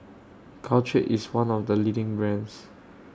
Caltrate IS one of The leading brands